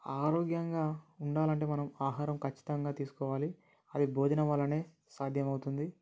ఆరోగ్యంగా ఉండాలంటే మనం ఆహారం ఖచ్చితంగా తీసుకోవాలి అది భోజనం వలన సాధ్యమవుతుంది